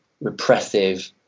repressive